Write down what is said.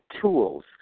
tools